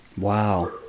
Wow